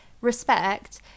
respect